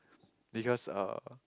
because uh